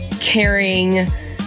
caring